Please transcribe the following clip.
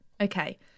Okay